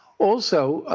also,